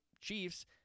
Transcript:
Chiefs